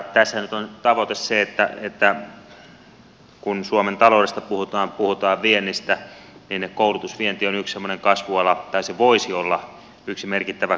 tässähän nyt on tavoite se että kun suomen taloudesta puhutaan puhutaan viennistä niin koulutusvienti on yksi semmoinen kasvuala tai se voisi olla yksi merkittävä kasvuala